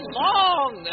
long